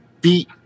beat